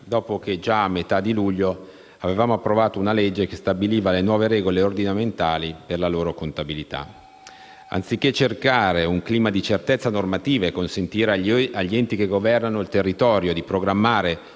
dopo che già a metà del mese di luglio abbiamo approvato una legge che ha stabilito le nuove regole ordinamentali per la loro contabilità. Anziché creare un clima di certezza normativa e consentire agli enti che governano il territorio di programmare